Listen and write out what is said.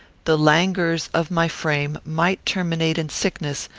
the languors of my frame might terminate in sickness,